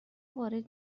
وارد